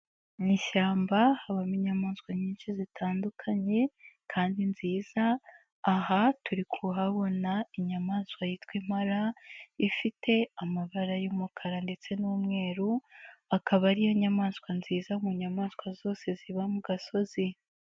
Mu ishyamba habamo inyamaswa nyinshi zitandukanye kandi nziza, aha turi kuhabona inyamaswa yitwa impara ifite amabara y'umukara ndetse n'umweru, akaba ari yo nyamaswa nziza mu nyamaswa zose ziba mu gasozi.